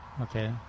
Okay